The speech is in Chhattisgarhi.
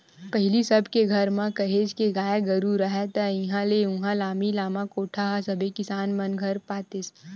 पहिली सब के घर म काहेच के गाय गरु राहय ता इहाँ ले उहाँ लामी लामा कोठा ह सबे किसान मन घर बने पातेस